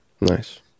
Nice